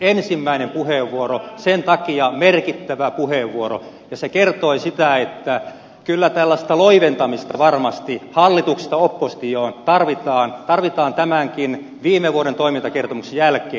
ensimmäinen puheenvuoro sen takia merkittävä puheenvuoro ja se kertoi sitä että kyllä tällaista loiventamista hallituksesta oppositioon tarvitaan varmasti tämänkin viime vuoden toimintakertomuksen jälkeen